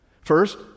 First